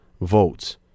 votes